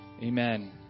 Amen